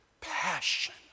passion